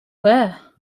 were